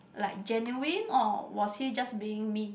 like genuine or was he just being mean